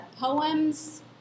poems